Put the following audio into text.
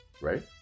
right